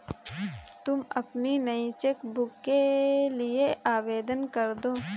तुम अपनी नई चेक बुक के लिए आवेदन करदो